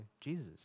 Jesus